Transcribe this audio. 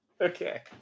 Okay